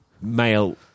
male